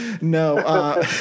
no